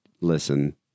listen